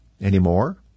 anymore